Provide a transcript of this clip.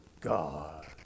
God